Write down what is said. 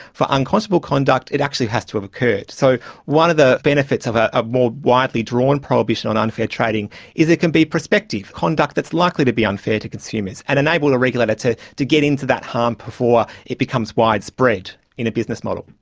for unconscionable conduct it actually has to have occurred. so one of the benefits of ah a more widely drawn prohibition on unfair trading is it can be prospective, conduct that is likely to be unfair to consumers, and enable the regulator to to get into that harm before it becomes widespread in a business model.